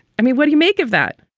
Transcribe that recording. i mean, what do you make of that?